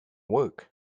work